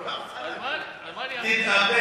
על מה אני אענה?